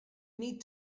need